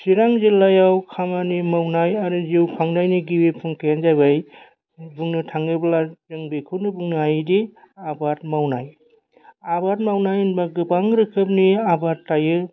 चिरां जिल्लायाव खामानि मावनाय आरो जिउ खांनायनि गिबि फुंखायानो जाबाय बुंनो थाङोब्ला जों बेखौनो बुंनो हायोदि आबाद मावनाय आबाद मावनाय होनब्ला गोबां रोखोमनि आबाद थायो